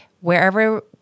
wherever